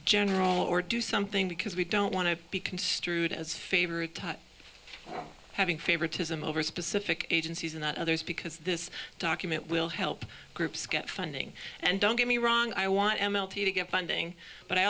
general or do something because we don't want to be construed as favor of touch having favoritism over specific agencies or not others because this document will help groups get funding and don't get me wrong i want m l t to get funding but i